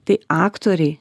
tai aktoriai